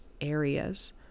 areas